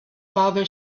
father